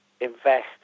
invest